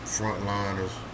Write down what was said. frontliners